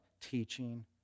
Teaching